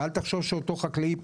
ואל תחשוב שאותו חקלאי,